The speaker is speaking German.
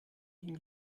ging